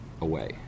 away